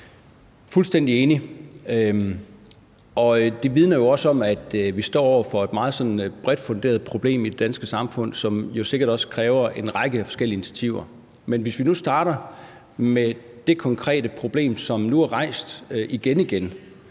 fuldstændig enig, og det vidner jo også om, at vi står over for et sådan meget bredt funderet problem i det danske samfund, som sikkert også kræver en række forskellige initiativer. Men hvis vi nu starter med det konkrete problem, som nu igen igen